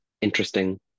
interesting